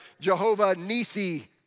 Jehovah-Nisi